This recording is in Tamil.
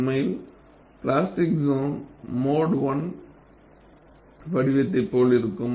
உண்மையில் பிளாஸ்டிக் சோன் மோடு 1 வடிவத்தை போல் இருக்கும்